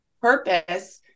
purpose